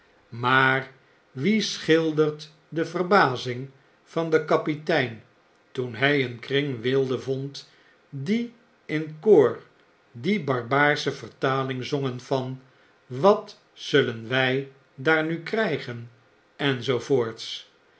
maar wie schildert de verbazing van den kapitein toen hg een kring wilden vond die in koor die barbaarsche vertaling zongen van wat zullen wg daar nu krggen